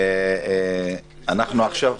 אוסמה,